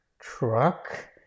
Truck